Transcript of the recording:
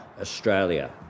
Australia